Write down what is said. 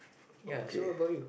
okay